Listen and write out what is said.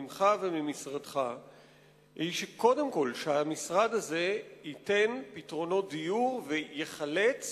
ממך וממשרדך היא שקודם כול המשרד הזה ייתן פתרונות דיור וייחלץ